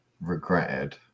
regretted